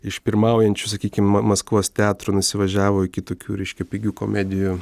iš pirmaujančių sakykim ma maskvos teatrų nusivažiavo iki tokių reiškia pigių komedijų